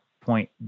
point